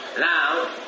now